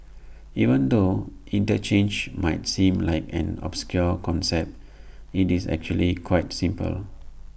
even though interchange might seem like an obscure concept IT is actually quite simple